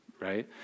right